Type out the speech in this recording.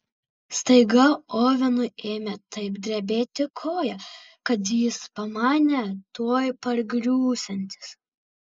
staiga ovenui ėmė taip drebėti koja kad jis pamanė tuoj pargriūsiantis